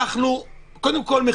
קודם כול,